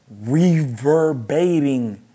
reverberating